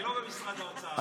ואני לא ממשרד האוצר.